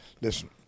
Listen